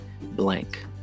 blank